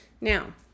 Now